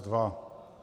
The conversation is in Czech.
2.